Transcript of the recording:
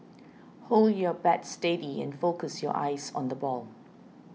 hold your bat steady and focus your eyes on the ball